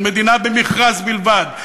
של מדינה במכרז בלבד,